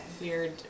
weird